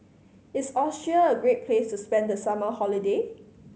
is Austria a great place to spend the summer holiday